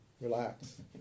Relax